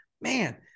man